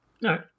No